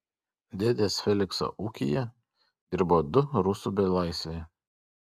dėdės felikso ūkyje dirbo du rusų belaisviai